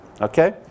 Okay